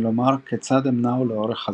כלומר כיצד הם נעו לאורך הזמן.